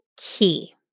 key